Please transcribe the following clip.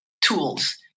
tools